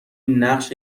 نقش